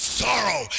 sorrow